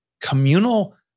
communal